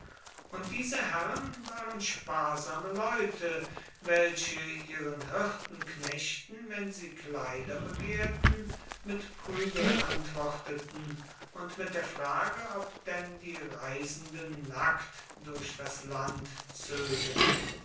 und diese herren waren sparsame leute welche ihren hirtenknechten wenn sie kleider begehrten mit prügel antworteten und mit der frage ob denn die reisenden nackt durch das land zögen